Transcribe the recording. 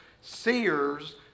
seers